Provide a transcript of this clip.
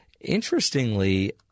interestingly